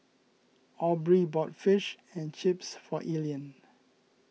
Aubree bought Fish and Chips for Elian